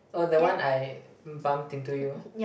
oh the one I bumped into you